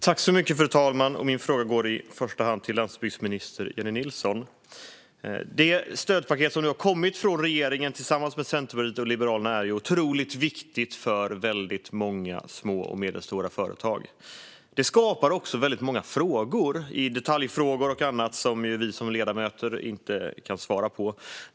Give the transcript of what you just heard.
Fru talman! Min fråga går i första hand till landsbygdsminister Jennie Nilsson. Det stödpaket som nu har kommit från regeringen tillsammans med Centerpartiet och Liberalerna är ju otroligt viktigt för väldigt många små och medelstora företag. Men det skapar också väldigt många frågor, detaljfrågor och andra, som vi som ledamöter inte kan svara på.